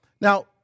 Now